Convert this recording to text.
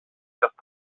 just